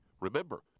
Remember